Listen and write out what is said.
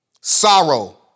sorrow